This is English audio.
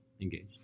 Engaged